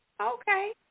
Okay